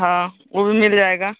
हाँ वह भी मिल जाएगा